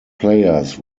players